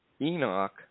enoch